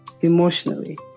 emotionally